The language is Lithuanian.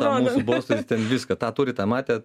tą mūsų bosą jis ten viską tą turi tą matė